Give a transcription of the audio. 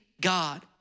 God